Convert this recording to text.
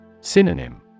Synonym